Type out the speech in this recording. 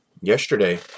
Yesterday